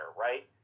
right